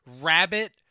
rabbit